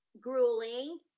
Grueling